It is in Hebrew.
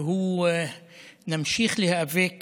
ונמשיך להיאבק